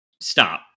Stop